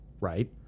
right